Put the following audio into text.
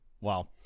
Wow